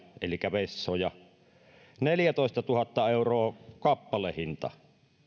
elikkä vessoja neljäntoistatuhannen euron kappalehintaan